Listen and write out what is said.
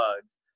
bugs